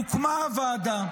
הוקמה ועדה.